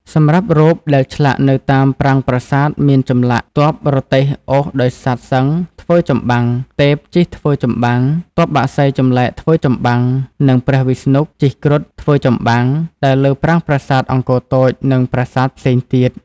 សម្រាប់់រូបដែលឆ្លាក់នៅតាមប្រាង្គប្រាសាទមានចម្លាក់ ទ័ពរទេះអូសដោយសត្វសិង្ហធ្វើចម្បាំង ទេពជិះធ្វើចម្បាំង ទ័ពបក្សីចម្លែកធ្វើចម្បាំង និងព្រះវិស្ណុជិះគ្រុឌធ្វើចម្បាំងដែលលើប្រាង្គប្រាសាទអង្គរតូចនិងប្រាសាទផ្សេងទៀត។